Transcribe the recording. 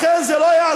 ממש לא, זה לא נכון.